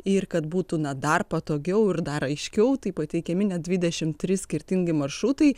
ir kad būtų dar patogiau ir dar aiškiau tai pateikiami net dvidešim trys skirtingi maršrutai